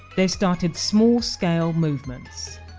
they've started small scale movements.